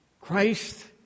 Christ